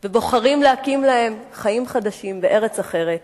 ובוחרים להקים להם חיים חדשים בארץ אחרת,